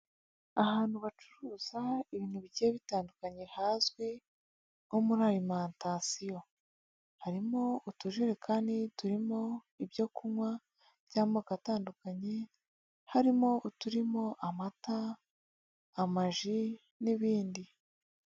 Ahantu bacuruza ibintu bigiye bitandukanye hazwi nko muri alimentation. Harimo utujerekani turimo ibyo kunywa by'amoko atandukanye harimo uturimo amata, amaji n'ibindi.